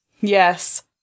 Yes